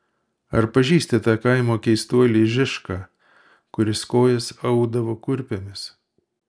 ar pažįsti tą kaimo keistuolį žišką kuris kojas audavo kurpėmis